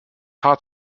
tat